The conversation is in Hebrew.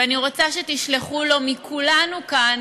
ואני רוצה שתשלחו לו מכולנו כאן